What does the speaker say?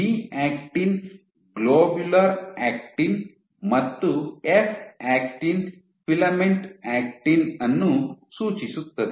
G actin globular actin ಮತ್ತು F actin filament actin ಅನ್ನು ಸೂಚಿಸುತ್ತದೆ